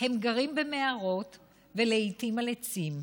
הם גרים במערות ולעיתים על עצים.